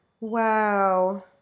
wow